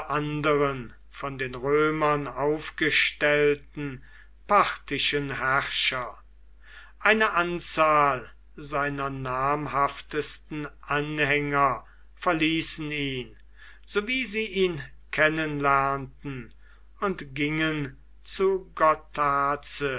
von den römern aufgestellten parthischen herrscher eine anzahl seiner namhaftesten anhänger verließen ihn so wie sie ihn kennenlernten und gingen zu